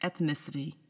ethnicity